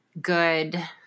good